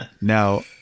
Now